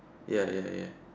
ya ya ya